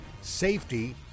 Safety